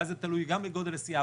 ואז זה תלוי גם בגודל הסיעה,